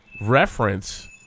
reference